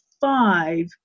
five